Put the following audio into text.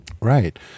Right